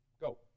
go